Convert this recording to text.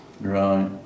Right